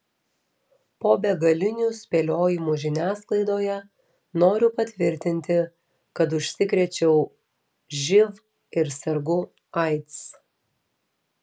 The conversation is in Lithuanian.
po begalinių spėliojimų žiniasklaidoje noriu patvirtinti kad užsikrėčiau živ ir sergu aids